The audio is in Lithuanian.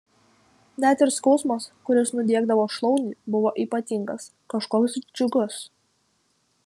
net ir skausmas kuris nudiegdavo šlaunį buvo ypatingas kažkoks džiugus